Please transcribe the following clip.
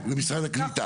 למשרד הקליטה,